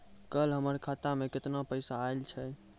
कल हमर खाता मैं केतना पैसा आइल छै?